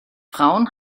frauen